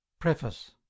Preface